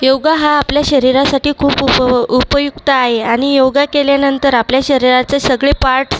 योगा हा आपल्या शरीरासाठी खूप उप उपयुक्त आहे आणि योगा केल्यानंतर आपल्या शरीराचे सगळे पार्ट्स्